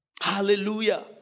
Hallelujah